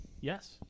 yes